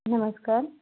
नमस्कार